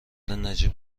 نجیب